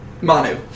Manu